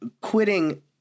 quitting